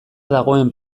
dagoen